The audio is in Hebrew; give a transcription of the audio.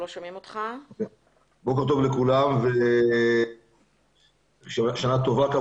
בוקר טוב לכולם, שנה טובה.